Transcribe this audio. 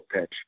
pitch